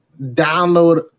download